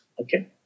Okay